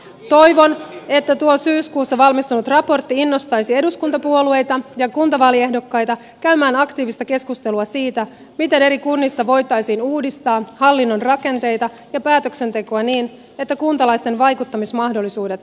toivon että tuo syyskuussa valmistunut raportti innostaisi eduskuntapuolueita ja kuntavaaliehdokkaita käymään aktiivista keskustelua siitä miten eri kunnissa voitaisiin uudistaa hallinnon rakenteita ja päätöksentekoa niin että kuntalaisten vaikuttamismahdollisuudet paranevat